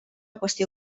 qüestió